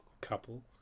couple